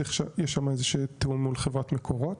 יש שמה תיאום מול חברת מקורות.